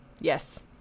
Yes